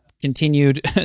continued